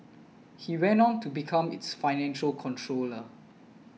he went on to become its financial controller